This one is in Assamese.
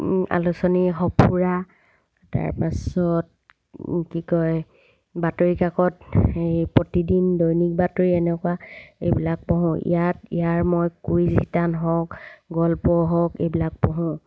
আলোচনী সঁফুৰা তাৰপাছত কি কয় বাতৰিকাকত এই প্ৰতিদিন দৈনিক বাতৰি এনেকুৱা এইবিলাক পঢ়োঁ ইয়াত ইয়াৰ মই কুইজ শিতান হওক গল্প হওক এইবিলাক পঢ়োঁ